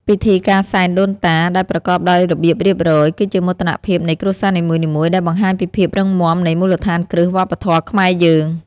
ពិធីការសែនដូនតាដែលប្រកបដោយរបៀបរៀបរយ គឺជាមោទនភាពនៃគ្រួសារនីមួយៗដែលបង្ហាញពីភាពរឹងមាំនៃមូលដ្ឋានគ្រឹះវប្បធម៌ខ្មែរយើង។